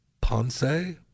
Ponce